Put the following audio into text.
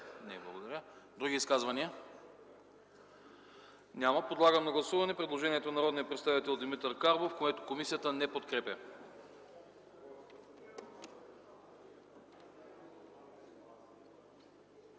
Не, благодаря. Други изказвания? Няма. Подлагам на гласуване предложението на народния представител Димитър Карбов, което комисията не подкрепя.